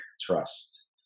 trust